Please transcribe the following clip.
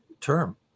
term